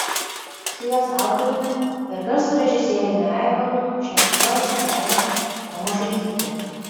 su jos autoriumi ir garso režisieriumi aivaru šnekučiuojasi daiva tamošaitytė